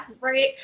Right